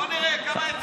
בוא נראה כמה היתרים.